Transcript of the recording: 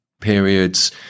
periods